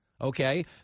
Okay